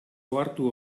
ohartu